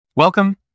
Welcome